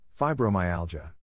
Fibromyalgia